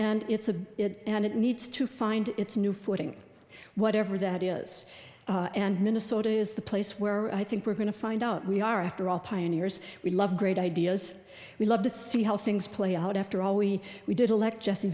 and it's a it and it needs to find its new footing whatever that is and minnesota is the place where i think we're going to find out we are after all pioneers we love great ideas we love to see how things play out after all we did aleck jesse